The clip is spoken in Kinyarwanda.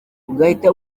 ugahita